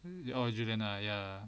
oh juliana ya